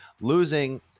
Losing